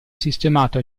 sistemato